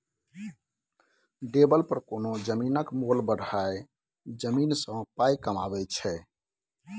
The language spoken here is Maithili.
डेबलपर कोनो जमीनक मोल बढ़ाए जमीन सँ पाइ कमाबै छै